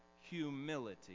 Humility